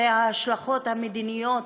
זה ההשלכות המדיניות